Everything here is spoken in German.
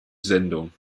sendung